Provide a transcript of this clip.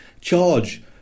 charge